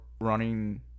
running